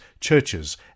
churches